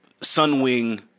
Sunwing